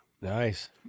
Nice